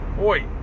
Oi